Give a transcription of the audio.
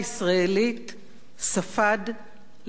ספד למנהיג שנרצח.